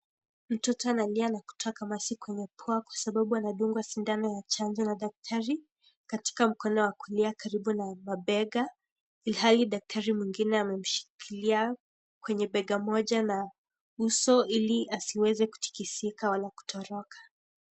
Mtoto analia na kutoa kamasi kwa mapua kwa sababu anadungwa sindano ya chanjo na daktari katika mkono wa kulia karibu na mabega ilhali daktari mwingine amemshikilia kwenye bega moja la uso ili asiweze kutikisika wala kutoroka.